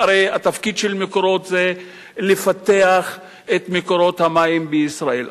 הרי התפקיד של "מקורות" זה לפתח את מקורות המים בישראל.